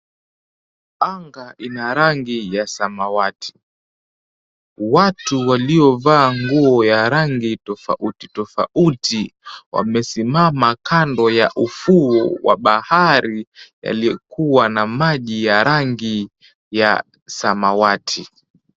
Anga ina rangi ya samawati, watu waliovaa nguo ya rangi tofauti tofauti wamesimama kando ya ufuo wa bahari yaliyokuwa na maji ya rangi ya samawati.